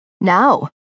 Now